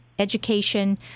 Education